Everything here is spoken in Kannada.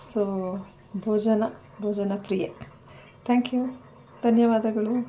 ಸೊ ಭೋಜನ ಭೋಜನ ಪ್ರಿಯೆ ಥ್ಯಾಂಕ್ ಯು ಧನ್ಯವಾದಗಳು